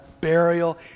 burial